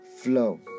flow